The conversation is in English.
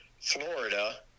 Florida